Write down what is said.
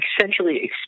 essentially